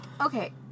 Okay